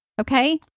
Okay